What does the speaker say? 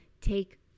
take